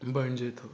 बणिजे थो